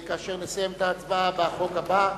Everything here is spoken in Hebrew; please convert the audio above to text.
כאשר נסיים את ההצבעה בחוק הבא.